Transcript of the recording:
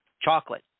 Chocolate